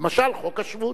למשל חוק השבות.